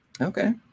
Okay